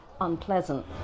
Unpleasant